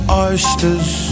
oysters